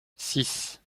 six